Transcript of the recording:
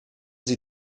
sie